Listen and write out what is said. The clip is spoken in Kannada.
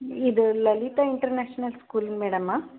ಇದು ಲಲಿತಾ ಇಂಟ್ರನ್ಯಾಷ್ನಲ್ ಸ್ಕೂಲ್ ಮೇಡಮ್ಮಾ